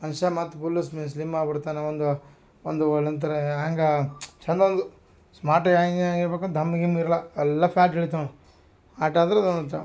ಮನುಷ್ಯ ಮತ್ತು full slim ಆಗ್ಬಿಡ್ತಾನೆ ಒಂದು ಒಂದು ಒಳಂತರ ಹ್ಯಾಂಗ ಚಂದ ಒಂದು ಸ್ಮಾರ್ಟ್ ಆಗಿ ಆಗಿರಬೇಕು ದಮ್ ಗಿಮ್ ಇರ್ಲ ಎಲ್ಲ ಫ್ಯಾಟ್ ಇಳಿತಾವೆ ಆಟದ್ರ ಅಂತ